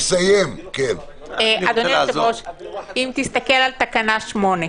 אם תסתכל על תקנה 8,